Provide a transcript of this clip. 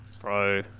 Bro